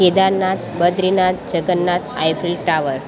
Kedarnath Badrinath Jagannath Eiffel tower